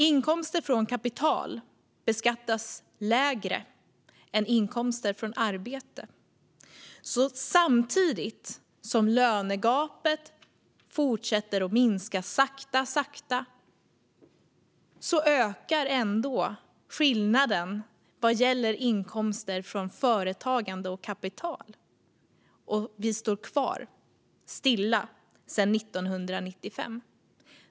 Inkomster av kapital beskattas lägre än inkomster av arbete, så även om lönegapet sakta minskar ökar ändå skillnaden i inkomster av företagande och kapital. Därför står vi stilla sedan 1995. Fru talman!